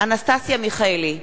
אנסטסיה מיכאלי,